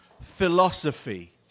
philosophy